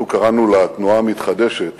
אנחנו קראנו לתנועה המתחדשת